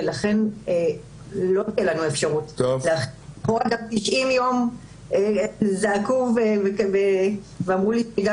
ולכן לא תהיה לנו אפשרות - 90 יום אמרו לי שגם